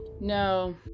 No